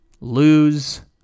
lose